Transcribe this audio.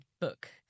book